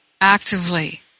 actively